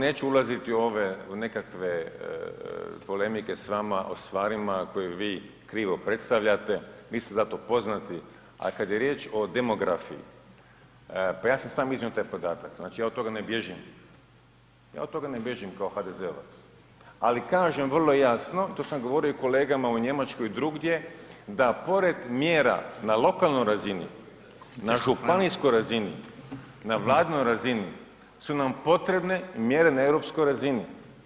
Neću ulaziti u ove, u nekakve polemike s vama o stvarima koje vi krivo predstavljate, vi ste zato poznati, a kad je riječ o demografiji pa ja sam sam iznio taj podatak, znači ja od toga ne bježim, ja od toga ne bježim kao HDZ-ovac, ali kažem vrlo jasno, to sam govorio i kolegama u Njemačkoj i drugdje, da pored mjera na lokalnoj razini, na županijskoj razini, na vladinoj razini su nam potrebne mjere na europskoj razini.